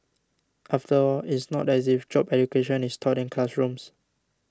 after all it's not as if job education is taught in classrooms